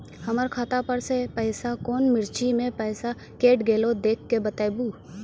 हमर खाता पर से पैसा कौन मिर्ची मे पैसा कैट गेलौ देख के बताबू?